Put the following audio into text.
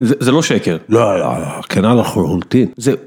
זה לא שקר. לא, לא, לא. כנה לחלוטין. זה...